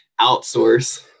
outsource